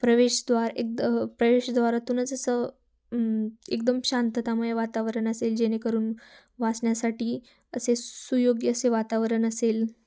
प्रवेशद्वार एकदा प्रवेशद्वारातूनच असं एकदम शांततामय वातावरण असेल जेणेकरून वाचण्यासाठी असे सुयोग्य असे वातावरण असेल